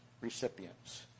recipients